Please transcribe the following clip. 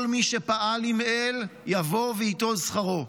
כל מי שפעל עם אל, יבוא וייטול שכרו".